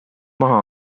maha